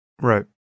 Right